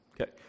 Okay